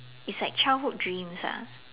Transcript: is like childhood dreams ah